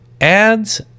Ads